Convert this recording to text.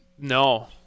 no